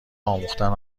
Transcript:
آموختن